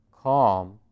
calm